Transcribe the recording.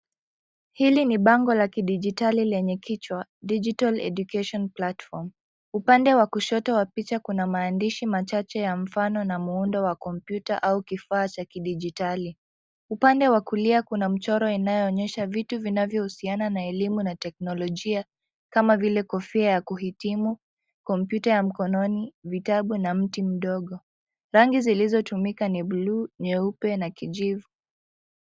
Hili ni bango la kidijitali lenye kichwa digital education platform . Upande wa kushoto wa picha kuna maandishi machache ya mfano na muundo wa kompyuta au kifaa cha kidijitali. Upande wa kulia kuna mchoro inayoonyesha vitu vinavyohusiana na elimu na teknolojia kama vile kofia ya kuhitimu, kompyuta ya mkononi, vitabu na mti mdogo. Rangi zilizotumika ni bluu, nyeupe na kijivu.